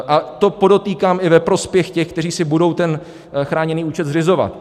A to, podotýkám, i ve prospěch těch, kteří si budou ten chráněný účet zřizovat.